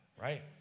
right